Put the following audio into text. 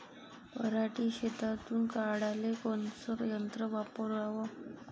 पराटी शेतातुन काढाले कोनचं यंत्र वापराव?